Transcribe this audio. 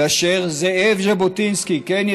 ואשר זאב ז'בוטינסקי" כן,